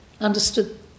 understood